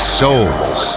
souls